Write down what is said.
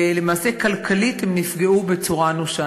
ולמעשה, כלכלית, הם נפגעו בצורה אנושה.